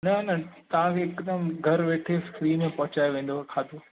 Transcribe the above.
न न तव्हां खे हिकदमि घरु वेठे फ्री में पहुचाए वेंदव खाधो